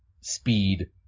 speed